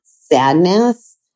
sadness